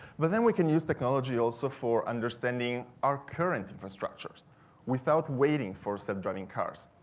but then we can use technology also for understanding our current infrastructures without waiting for self driving cars.